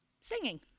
Singing